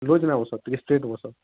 ଲଇକିନା ନାଇ ବସ ଟିକେ ଷ୍ଟ୍ରେଟ୍ ବସ